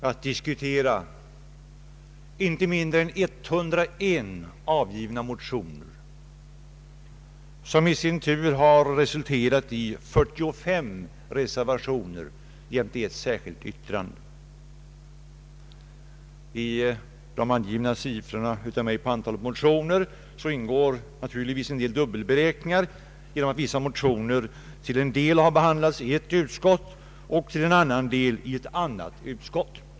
Herr talman! I denna debatt har vi att diskutera inte mindre än 101 avgivna motioner som i sin tur har resulterat i 45 reservationer jämte ett särskilt yttrande. I de av mig angivna siffrorna på antalet motioner ingår naturligtvis en del dubbelräkningar genom att vissa motioner till en del har behandlats i ett utskott och till en annan i ett annat utskott.